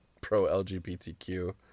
pro-LGBTQ